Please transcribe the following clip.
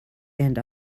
and